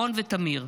רון ותמיר.